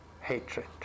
hatred